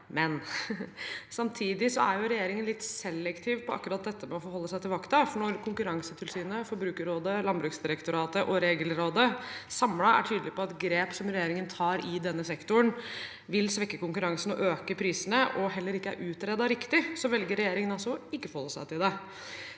Men samtidig er regjeringen litt selektiv på dette med å forholde seg til fakta, for når Konkurransetilsynet, Forbrukerrådet, Landbruksdirektoratet og Regelrådet samlet er tydelige på at grep som regjeringen tar i denne sektoren, vil svekke konkurransen og øke prisene, og heller ikke er utredet riktig, velger regjeringen altså å ikke forholde seg til det.